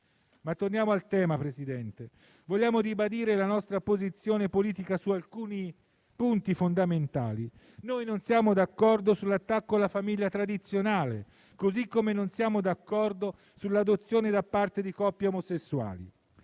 Torniamo al tema. Signor Presidente, vogliamo ribadire la nostra posizione politica su alcuni punti fondamentali: noi non siamo d'accordo sull'attacco alla famiglia tradizionale, come non siamo d'accordo sull'adozione da parte di coppie omosessuali.